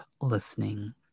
listening